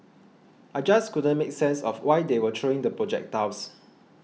I just couldn't make sense of why they were throwing the projectiles